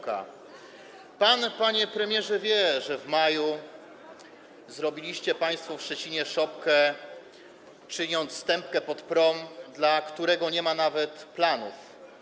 Pan, panie premierze, wie, że w maju zrobiliście państwo w Szczecinie szopkę, kładąc stępkę pod prom, dla którego nie ma nawet planów.